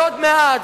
ועוד מעט.